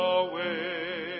away